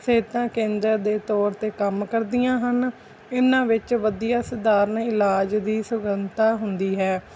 ਸਿਹਤ ਕੇਂਦਰ ਦੇ ਤੌਰ 'ਤੇ ਕੰਮ ਕਰਦੀਆਂ ਹਨ ਇਹਨਾਂ ਵਿੱਚ ਵਧੀਆ ਸਧਾਰਨ ਇਲਾਜ ਦੀ ਸੁਗੰਧਤਾ ਹੁੰਦੀ ਹੈ